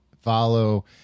follow